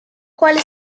quale